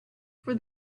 for